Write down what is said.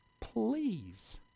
Please